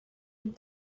and